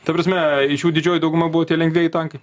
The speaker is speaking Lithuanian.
ta prasme didžioji dauguma buvo tie lengvieji tankai